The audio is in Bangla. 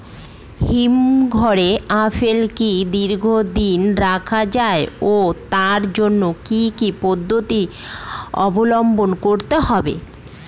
হিমঘরে আপেল কি দীর্ঘদিন রাখা যায় ও তার জন্য কি কি পদ্ধতি অবলম্বন করতে হবে?